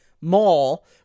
mall